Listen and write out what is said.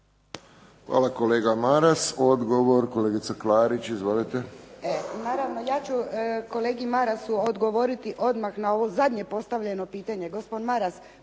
Hvala kolega Maras. Odgovor kolegica Klarić. Izvolite.